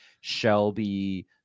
Shelby